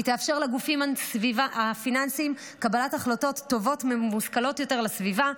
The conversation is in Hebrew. היא תאפשר לגופים הפיננסיים קבלת החלטות טובות ומושכלות יותר לסביבה,